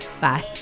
Bye